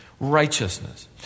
Righteousness